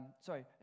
sorry